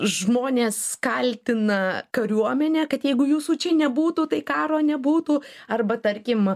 žmonės kaltina kariuomenę kad jeigu jūsų čia nebūtų tai karo nebūtų arba tarkim